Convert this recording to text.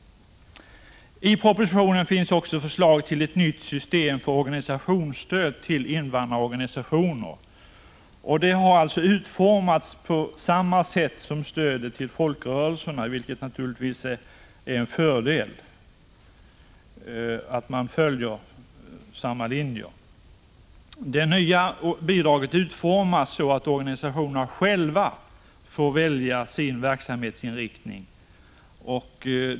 I propositionen finns också förslag till ett nytt system för organisationsstöd till invandrarorganisationer. Det har utformats på samma sätt som stödet till folkrörelserna, vilket naturligtvis är en fördel. Det nya bidraget utformas så, att organisationerna själva får välja sin verksamhetsinriktning.